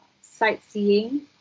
sightseeing